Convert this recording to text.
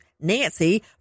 nancy